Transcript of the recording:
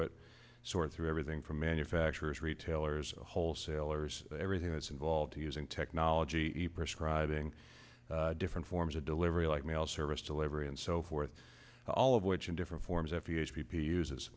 it sort through everything from manufacturers retailers wholesalers everything that's involved to using technology e prescribing different forms of delivery like mail service delivery and so forth all of which in different forms